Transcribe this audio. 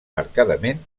marcadament